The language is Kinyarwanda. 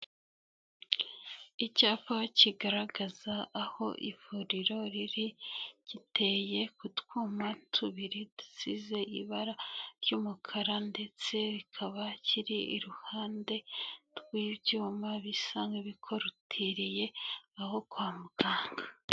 Icyapa kigaragaza aho ivuriro riri, giteye ku twuma tubiri dusize ibara ry'umukara ndetse rikaba kiri iruhande rw'ibyuma bisa nk'ibikorutiriye aho kwa muganga.